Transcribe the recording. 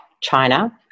China